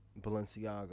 balenciaga